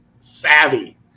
Savvy